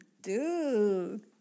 dude